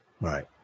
Right